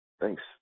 Thanks